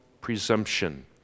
presumption